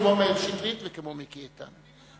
כמו מאיר שטרית וכמו מיקי איתן.